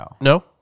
No